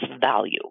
value